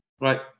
Right